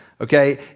Okay